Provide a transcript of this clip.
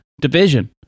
division